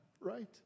right